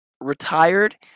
retired